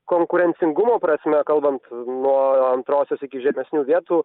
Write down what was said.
konkurencingumo prasme kalbant nuo antrosios iki žemesnių vietų